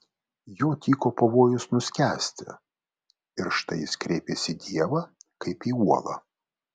jo tyko pavojus nuskęsti ir štai jis kreipiasi į dievą kaip į uolą